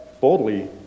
boldly